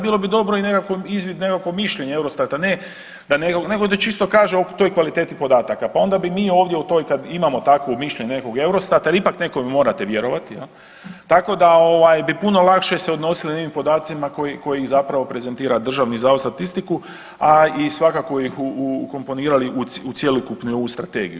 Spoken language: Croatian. Bilo bi dobro nekakvo mišljenje EUROSTATA, ne nego da čisto kaže o toj kvaliteti podataka pa onda bi mi ovdje kad imamo takvo mišljenje nekog EUROSTATA jer ipak nekom morate vjerovati, tako da bi puno lakše se odnosili ovim podacima koji zapravo prezentira Državni zavod za statistiku, a i svakako ih ukomponirali u cjelokupnu strategiju.